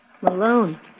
Malone